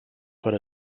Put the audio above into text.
per